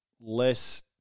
less